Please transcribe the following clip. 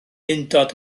undod